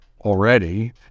already